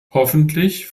hoffentlich